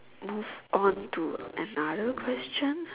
move on to another question